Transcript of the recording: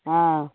हँ